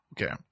Okay